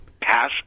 pass